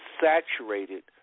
Saturated